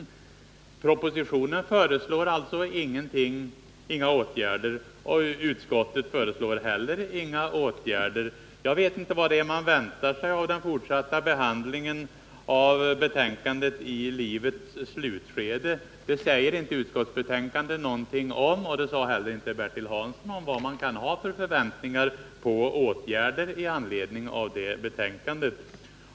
I propositionen föreslås alltså inga åtgärder, och inte heller utskottet har några förslag. Jag vet inte vad man väntar sig av den fortsatta behandlingen av betänkandet I livets slutskede. Det sägs ingenting om det i utskottsbetänkandet. Bertil Hansson sade heller ingenting om vad man kan ha för förväntningar på åtgärder i anledning av detta utredningsbetänkande.